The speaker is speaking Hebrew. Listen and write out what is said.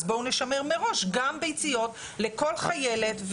אז בואו נשמר מראש גם ביציות לכל חיילת.